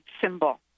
symbol